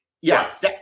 Yes